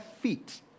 feet